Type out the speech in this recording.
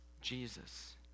Jesus